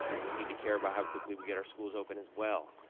you know we need to care about how quickly we get our schools open as well.